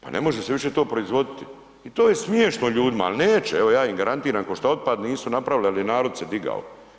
Pa ne može se više to proizvoditi i to je smiješno ljudima, ali neće, ja im garantiram, kao što otpad nisu napravili ali narod se digao.